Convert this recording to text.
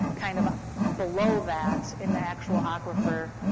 kind of below that, in the actual aquifer,